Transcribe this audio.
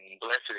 blessed